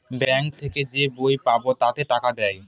bank থেকে যে বই পাবো তাতে টাকা দেয়